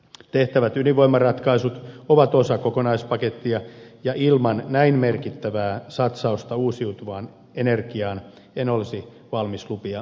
tehtävät ydinvoimaratkaisut ovat osa kokonaispakettia ja ilman näin merkittävää satsausta uusiutuvaan energiaan en olisi valmis lupia hyväksymäänkään